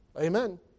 Amen